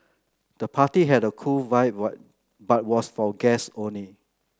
the party had a cool vibe but was for guests only